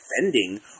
defending